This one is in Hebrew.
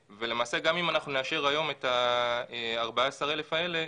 ולמעשה גם אם אנחנו נאשר היום את ה-14,000 האלה,